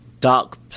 dark